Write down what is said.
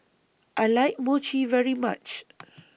I like Mochi very much